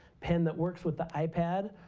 pen that works with the ipad.